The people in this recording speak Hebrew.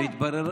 בבקשה.